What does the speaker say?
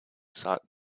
sought